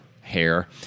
hair